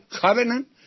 covenant